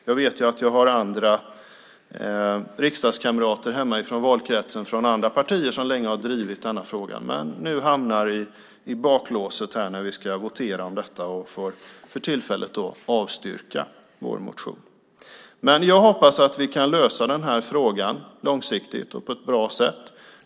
Jag vet att jag har riksdagskamrater från valkretsen från andra partier som länge har drivit denna fråga, men nu hamnar de i baklås när vi ska votera om detta och får för tillfället avslå vår motion. Jag hoppas att vi kan lösa frågan långsiktigt och på ett bra sätt.